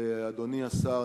אדוני השר,